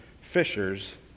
fishers